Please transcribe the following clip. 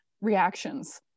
reactions